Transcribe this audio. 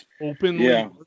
openly